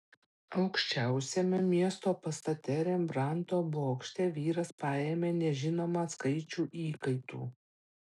aukščiausiame miesto pastate rembrandto bokšte vyras paėmė nežinomą skaičių įkaitų